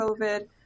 COVID